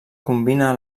combina